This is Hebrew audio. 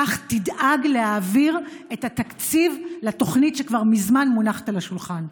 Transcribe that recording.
כך תדאג להעביר את התקציב לתוכנית שכבר מזמן מונחת על השולחן.